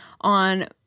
on –